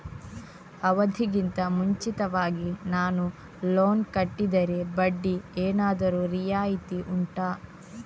ಅವಧಿ ಗಿಂತ ಮುಂಚಿತವಾಗಿ ನಾನು ಲೋನ್ ಕಟ್ಟಿದರೆ ಬಡ್ಡಿ ಏನಾದರೂ ರಿಯಾಯಿತಿ ಉಂಟಾ